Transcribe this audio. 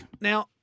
now